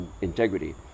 integrity